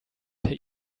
per